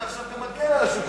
אתה עכשיו גם מגן על השותפים.